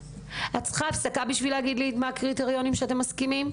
את צריכה הפסקה בשביל להגיד לי מה הקריטריונים שעליהם אתם מסכימים,